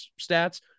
stats